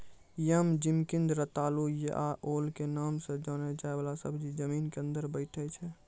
यम, जिमिकंद, रतालू या ओल के नाम सॅ जाने जाय वाला सब्जी जमीन के अंदर बैठै छै